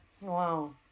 Wow